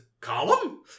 Column